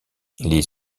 les